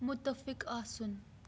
مُتفِق آسُن